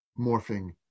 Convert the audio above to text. morphing